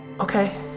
okay